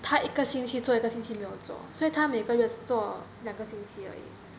他一个星期做一个没有做所以他每个月做两个星期而已